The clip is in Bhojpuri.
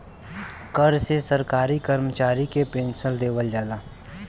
कर से सरकारी करमचारी के पेन्सन देवल जाला